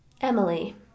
emily